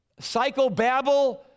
Psychobabble